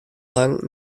lang